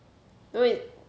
no it